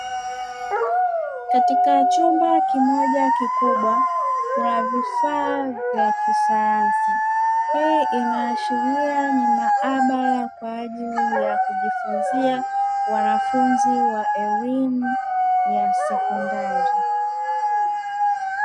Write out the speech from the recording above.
Katika chumba kimoja kikubwa kuna vifaa vya kisayansi. Hii inashilia ni maabara kwa ajiili ya kujifunzia wanafunzi wa elimu ya sekondari.